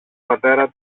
πατέρα